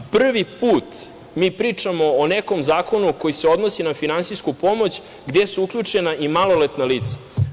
Prvi put mi pričamo o nekom zakonu koji se odnosi na finansijsku pomoć gde su uključena i maloletna lica.